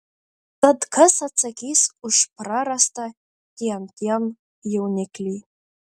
tad kas atsakys už prarastą tian tian jauniklį